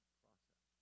process